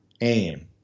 aim